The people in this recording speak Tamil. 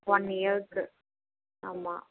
ஒன் இயருக்கு ஆமாம்